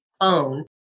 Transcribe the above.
own